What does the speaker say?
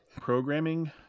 programming